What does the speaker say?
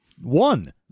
one